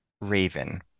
Raven